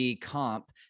comp